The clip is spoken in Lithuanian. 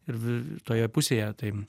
ir toje pusėje tai